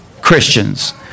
Christians